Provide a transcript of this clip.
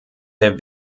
der